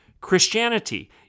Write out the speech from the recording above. Christianity